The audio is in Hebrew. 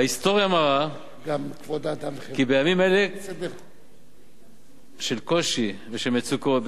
ההיסטוריה מראה כי בימים אלה של קושי ושל מצוקות,